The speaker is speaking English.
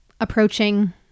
approaching